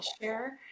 share